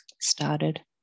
started